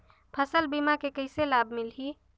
फसल बीमा के कइसे लाभ मिलही?